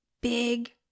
big